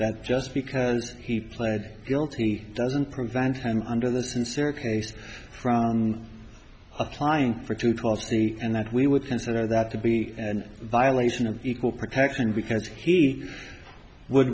that just because he pled guilty doesn't prevent him under the sincere case from applying for to twelve the and that we would consider that to be an violation of equal protection because he would